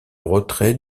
retrait